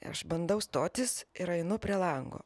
aš bandau stotis ir einu prie lango